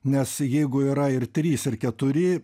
nes jeigu yra ir trys ir keturi